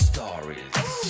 Stories